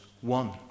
one